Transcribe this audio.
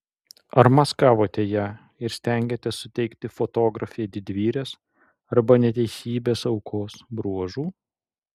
ar maskavote ją ir stengėtės suteikti fotografei didvyrės arba neteisybės aukos bruožų